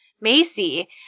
Macy